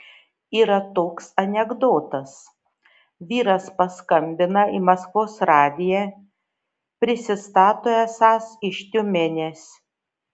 yra toks anekdotas vyras paskambina į maskvos radiją prisistato esąs iš tiumenės